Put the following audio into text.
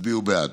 הצביעו בעד.